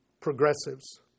progressives